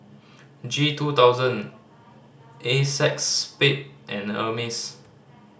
G two thousand Acexspade and Hermes